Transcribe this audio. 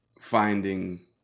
Finding